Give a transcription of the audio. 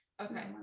Okay